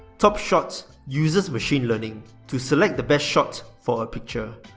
top shot uses machine learning to select the best shot for a picture.